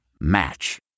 Match